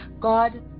God